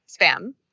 spam